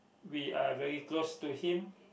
we are very close to him